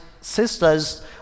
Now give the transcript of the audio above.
sisters